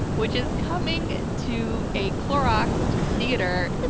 which is coming to a clorox theater